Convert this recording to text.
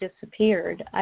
disappeared